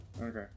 Okay